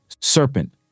Serpent